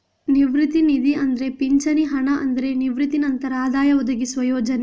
ನಿವೃತ್ತಿ ನಿಧಿ ಅಂದ್ರೆ ಪಿಂಚಣಿ ಹಣ ಅಂದ್ರೆ ನಿವೃತ್ತಿ ನಂತರ ಆದಾಯ ಒದಗಿಸುವ ಯೋಜನೆ